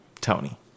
Tony